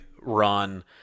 run